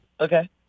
Okay